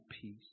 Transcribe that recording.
peace